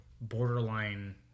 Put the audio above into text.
borderline